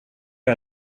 jag